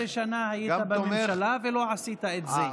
12 שנה היית בממשלה ולא עשית את זה.